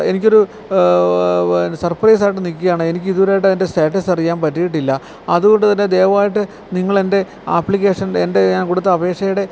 എനിക്കൊരു സർപ്രൈസായിട്ട് നിൽക്കുകയാണ് എനിക്ക് ഇതുവരെയായിട്ട് അതിൻ്റെ സ്റ്റാറ്റസ് അറിയാൻ പറ്റിയിട്ടില്ല അതു കൊണ്ടു തന്നെ ദയവായിട്ട് നിങ്ങളെൻ്റെ ആപ്ലിക്കേഷൻ എൻ്റെ ഞാൻ കൊടുത്ത അപേക്ഷയുടെ